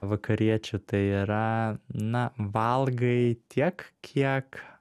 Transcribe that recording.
vakariečių tai yra na valgai tiek kiek